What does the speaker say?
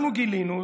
אנחנו גילינו,